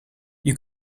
you